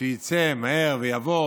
שיצא מהר ויבוא,